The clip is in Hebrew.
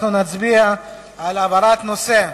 אנחנו נצביע על העברת הנושא.